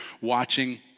watching